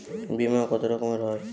বিমা কত রকমের হয়?